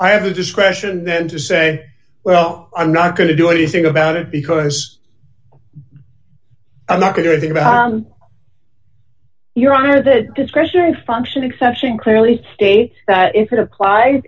i have the discretion then to say well i'm not going to do anything about it because i'm not getting about your honor that discretionary function exception clearly states that if it apply